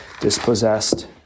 dispossessed